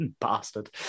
bastard